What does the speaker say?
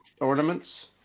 ornaments